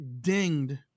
dinged